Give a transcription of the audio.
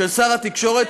של שר התקשורת,